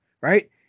right